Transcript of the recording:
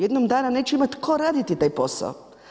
Jednog dana neće imati tko raditi taj posao.